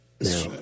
now